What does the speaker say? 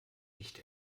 nicht